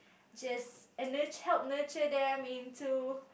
just and help nurture them into